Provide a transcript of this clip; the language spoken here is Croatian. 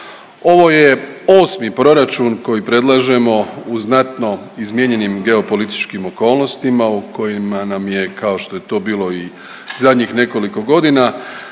Ovo je osmi proračun koji predlažemo u znatno izmijenjenim geopolitičkim okolnostima u kojima nam je kao što je to bilo i zadnjih nekoliko godina